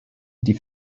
die